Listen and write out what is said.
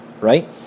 right